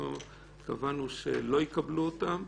אנחנו קבענו שלא יקבלו אותם.